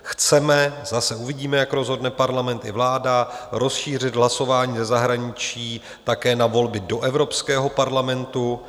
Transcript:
Chceme zase uvidíme, jak rozhodne Parlament i vláda rozšířit hlasování ze zahraničí také na volby do Evropského parlamentu.